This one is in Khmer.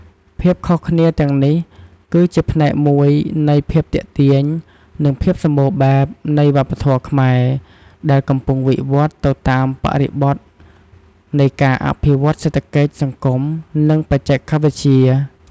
ភាពខុសគ្នាទាំងនេះ គឺជាផ្នែកមួយនៃភាពទាក់ទាញ និងភាពសម្បូរបែបនៃវប្បធម៌ខ្មែរ ដែលកំពុងវិវត្តន៍ទៅតាមបរិបទនៃការអភិវឌ្ឍន៍សេដ្ឋកិច្ច សង្គម និងបច្ចេកវិទ្យា។